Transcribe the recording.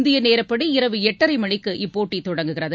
இந்தியநேரப்படி இரவு எட்டரைமணிக்கு இப்போட்டிதொடங்குகிறது